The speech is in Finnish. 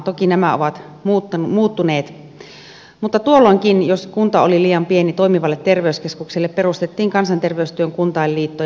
toki nämä ovat muuttuneet mutta tuolloinkin jos kunta oli liian pieni toimivalle terveyskeskukselle perustettiin kansanterveystyön kuntainliittoja